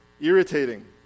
irritating